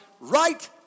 right